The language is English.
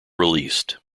released